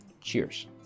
Cheers